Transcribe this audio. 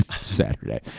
Saturday